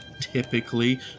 typically